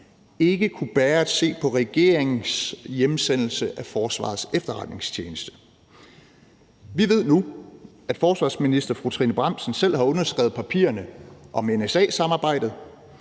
ikke kunne bære at se på regeringens hjemsendelse af Forsvarets Efterretningstjeneste. Vi ved nu, at den tidligere forsvarsminister, fru Trine Bramsen, selv har underskrevet papirerne om NSA-samarbejdet,